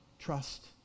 trust